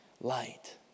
light